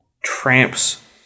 Tramps